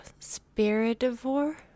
spiritivore